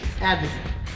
Advocate